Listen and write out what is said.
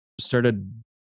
started